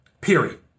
Period